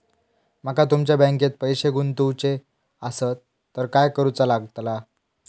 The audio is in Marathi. माका तुमच्या बँकेत पैसे गुंतवूचे आसत तर काय कारुचा लगतला?